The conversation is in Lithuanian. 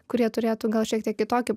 kurie turėtų gal šiek tiek kitokį